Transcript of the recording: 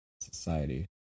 society